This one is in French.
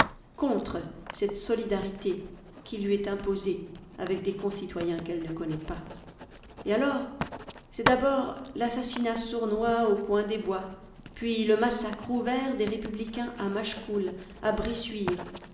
contre cette solidarité qui lui est imposée avec des concitoyens qu'elle ne connaît pas et alors c'est d'abord l'assassinat sournois au coin des bois puis le massacre ouvert des républicains à machecoul à bressuire